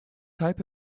type